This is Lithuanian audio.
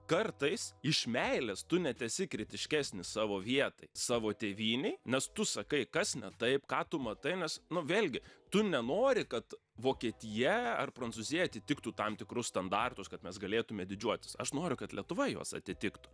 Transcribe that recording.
kartais iš meilės tu net esi kritiškesnis savo vietai savo tėvynei nes tu sakai kas ne taip ką tu matai nes nu vėlgi tu nenori kad vokietija ar prancūzija atitiktų tam tikrus standartus kad mes galėtume didžiuotis aš noriu kad lietuva juos atitiktų